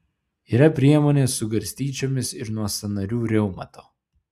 yra priemonė su garstyčiomis ir nuo sąnarių reumato